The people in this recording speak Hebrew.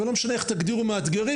ולא משנה איך תגדירו מאתגרים,